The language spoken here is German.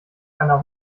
einer